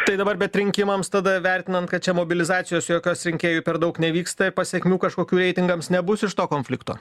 tai dabar bet rinkimams tada vertinant kad čia mobilizacijos jokios rinkėjų per daug nevyksta pasekmių kažkokių reitingams nebus iš to konflikto